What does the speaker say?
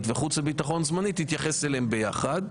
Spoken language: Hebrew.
וחוץ וביטחון זמנית תתייחס אליהם יחד.